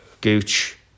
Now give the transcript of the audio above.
Gooch